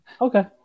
okay